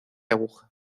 aguja